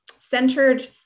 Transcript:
centered